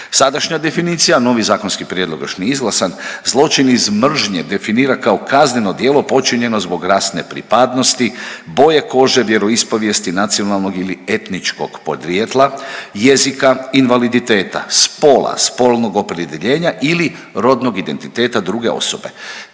Sadašnja definicija, novi zakonski prijedlog još nije izglasan, zločin iz mržnje definira kao kazneno djelo počinjeno zbog rasne pripadnosti, boje kože, vjeroispovijesti, nacionalnog ili etničkog podrijetla, jezika, invaliditeta, spola, spolnog opredjeljenja ili rodnog identiteta druge osobe.